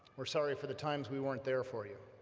we're sorry for the times we weren't there for you,